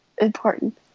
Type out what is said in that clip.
important